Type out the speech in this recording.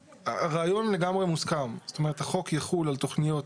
(תכנית לעמידות בפני רעידת אדמה ותכנית הכוללת הוראה להקניית